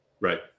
Right